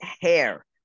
hair